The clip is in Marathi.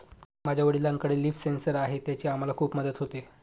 माझ्या वडिलांकडे लिफ सेन्सर आहे त्याची आम्हाला खूप मदत होते